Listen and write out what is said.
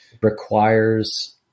requires